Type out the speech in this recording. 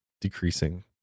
decreasing